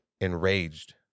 enraged